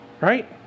right